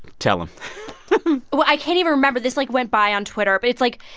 tell him well i can't even remember. this, like, went by on twitter, but it's, like,